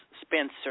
Spencer